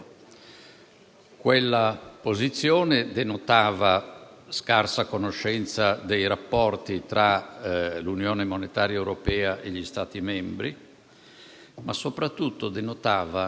Quella posizione denotava scarsa conoscenza dei rapporti tra l'Unione monetaria europea e gli Stati membri, ma soprattutto denotava